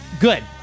good